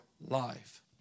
life